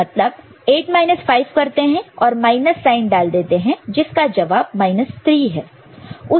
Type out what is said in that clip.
तो मतलब 8 5 करते हैं और माइनस साइन डालते हैं जिसका जवाब 3 है